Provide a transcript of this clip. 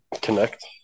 Connect